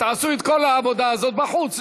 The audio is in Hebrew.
תעשו את כל העבודה הזאת בחוץ,